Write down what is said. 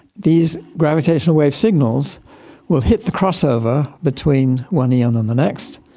these gravitational wave signals will hit the crossover between one eon and the next,